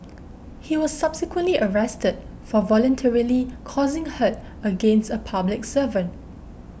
he was subsequently arrested for voluntarily causing hurt against a public servant